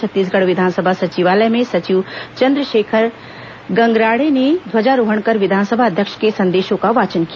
छत्तीसगढ़ विधानसभा सचिवालय में सचिव चन्द्रशेखर गंगराड़े ने ध्वजारोहण कर विधानसभा अध्यक्ष के संदेशों का वाचन किया